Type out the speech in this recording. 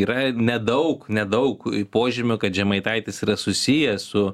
yra nedaug nedaug požymių kad žemaitaitis yra susijęs su